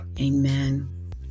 Amen